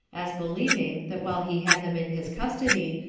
as believing, that while he had them in his custody,